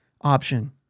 option